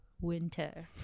winter